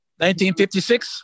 1956